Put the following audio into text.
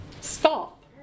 Stop